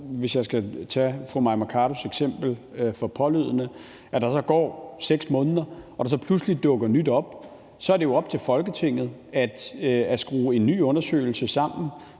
hvis jeg skal tage fru Mai Mercados eksempel for pålydende, 6 måneder, og så dukker der pludselig noget nyt op. Så er det jo op til Folketinget at skrue en ny undersøgelse sammen,